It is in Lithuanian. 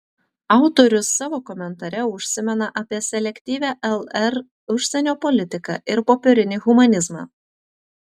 autorius savo komentare užsimena apie selektyvią lr užsienio politiką ir popierinį humanizmą